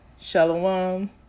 Shalom